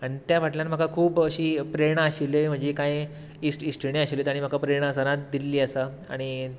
आनी त्या फाटल्यान म्हाका खूब अशी प्रेरणा आशिल्ली म्हजी कांय इश्ट इश्टिणी आशिल्ली तांणी म्हाका प्रेरणा सदांच दिल्ली आसा आनी